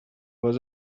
was